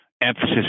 emphasis